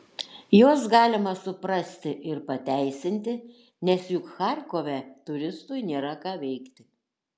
juos galima suprasti ir pateisinti nes juk charkove turistui nėra ką veikti